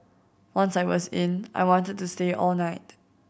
once I was in I wanted to stay all night